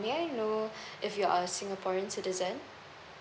may I know if you're a singaporean citizen